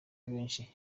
benshi